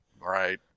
Right